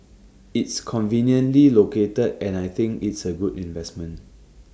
it's conveniently located and I think it's A good investment